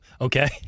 Okay